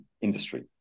industry